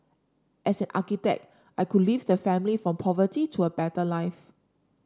as an architect I could lift the family from poverty to a better life